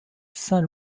saint